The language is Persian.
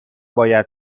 باید